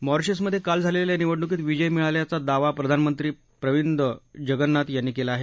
मॉरिशसमधे काल झालेल्या निवडणुकीत विजय मिळाल्याचा दावा प्रधानमंत्री प्रविंद जगनाथ यांनी केला आहे